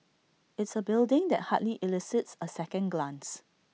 it's A building that hardly elicits A second glance